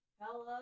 Hello